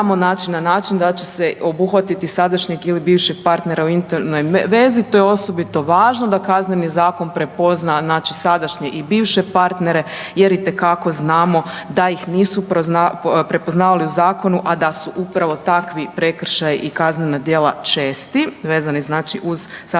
na način da će se obuhvatiti sadašnjeg ili bivšeg partnera u intimnoj vezi. To je osobito važno da Kazneni zakon prepozna, znači sadašnje i bivše partnere jer itekako znamo da ih nisu prepoznavali u zakonu, a da su upravo takvi prekršaji i kaznena djela česti, vezani znači uz sadašnje, ali i bivše partnere.